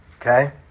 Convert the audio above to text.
Okay